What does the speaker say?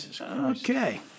okay